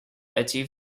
achieve